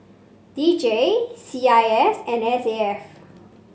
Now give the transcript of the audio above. D J C I S and S A F